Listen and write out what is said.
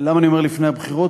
למה אני אומר לפני הבחירות?